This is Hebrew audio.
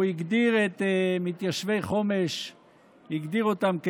הוא הגדיר את מתיישבי חומש כתתי-אדם.